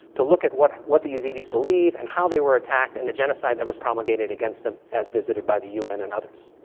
to look at what what the yazidis believe and how they were attacked and the genocide that was promulgated against them as visited by the un and others.